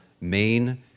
main